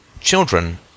children